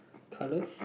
colors